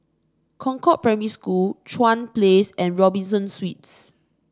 Concord Primary School Chuan Place and Robinson Suites